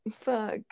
fuck